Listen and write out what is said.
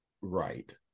right